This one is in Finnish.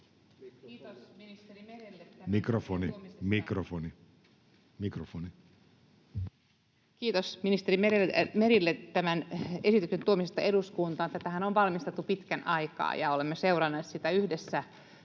Kiitos ministeri Merelle tämän esityksen tuomisesta eduskuntaan. Tätähän on valmisteltu pitkän aikaa, ja olemme seuranneet sitä yhdessä